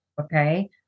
Okay